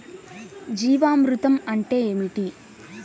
జీవామృతం అంటే ఏమిటి?